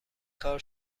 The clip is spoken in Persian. کار